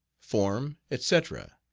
form, etc.